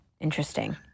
interesting